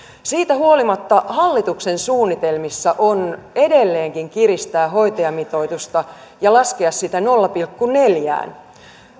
siitä huolimatta hallituksen suunnitelmissa on edelleenkin kiristää hoitajamitoitusta ja laskea sitä nolla pilkku neljään